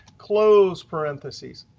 close parenthesis,